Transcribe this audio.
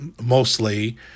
mostly